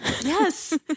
Yes